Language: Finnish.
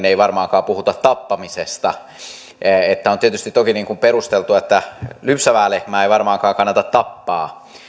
ei varmaankaan puhuta tappamisesta on tietysti toki perusteltua että lypsävää lehmää ei varmaankaan kannata tappaa